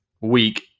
week